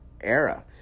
era